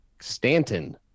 Stanton